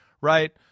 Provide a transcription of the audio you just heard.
right